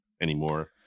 anymore